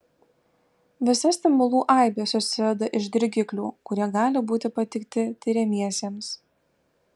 visa stimulų aibė susideda iš dirgiklių kurie gali būti pateikti tiriamiesiems